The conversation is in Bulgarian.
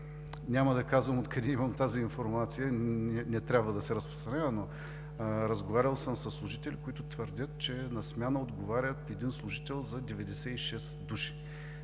няма да казвам откъде имам тази информация, не трябва да се разпространява, но разговарял съм със служители, които твърдят, че на смяна отговаря един служител за 96 души.